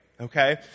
Okay